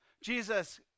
Jesus